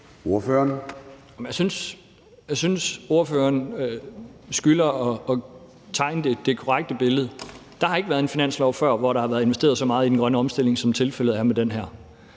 jeg synes, spørgeren skylder at tegne det korrekte billede. Der har ikke været en finanslov før, hvor der har været investeret så meget i den grønne omstilling, som tilfældet er med den her.